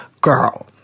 girl